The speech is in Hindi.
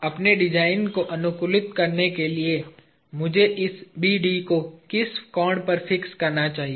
अपने डिज़ाइन को अनुकूलित करने के लिए मुझे इस BD को किस कोण पर फिक्स करना चाहिए